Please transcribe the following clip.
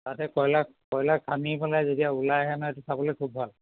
তাতে কয়লা কয়লা খান্দি পেলাই যেতিয়া ওলাই আহে নহয় সেইটো চাবলৈ খুব ভাল